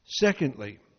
Secondly